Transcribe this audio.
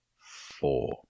four